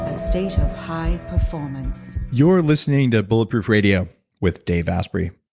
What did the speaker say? a state of high performance you're listening to bulletproof radio with dave asprey.